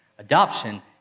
Adoption